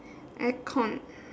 aircon